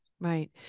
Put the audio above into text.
Right